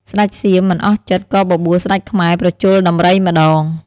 ស្ដេចសៀមមិនអស់ចិត្ត ក៏បបួលស្ដេចខ្មែរប្រជល់ដំរីម្ដង។